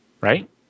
right